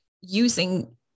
using